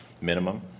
minimum